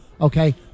okay